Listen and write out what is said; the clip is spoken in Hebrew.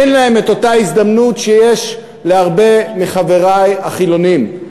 אין להם אותה הזדמנות שיש להרבה מחברי החילונים,